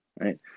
right